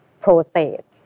process